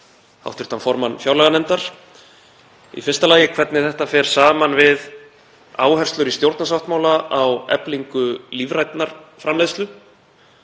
hv. formann fjárlaganefndar í fyrsta lagi hvernig þetta fer saman við áherslur í stjórnarsáttmála á eflingu lífrænnar framleiðslu.